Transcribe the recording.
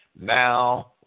Now